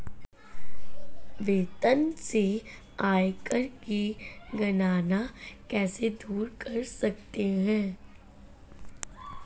वेतन से आयकर की गणना कैसे दूर कर सकते है?